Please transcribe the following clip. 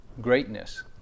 greatness